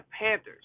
Panthers